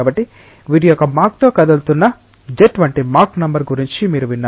కాబట్టి వీటి యొక్క మాక్ తో కదులుతున్న జెట్ వంటి మాక్ నంబర్ గురించి మీరు విన్నారు